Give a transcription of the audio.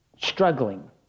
struggling